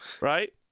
right